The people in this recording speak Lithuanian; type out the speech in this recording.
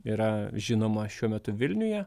yra žinoma šiuo metu vilniuje